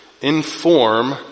inform